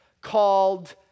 called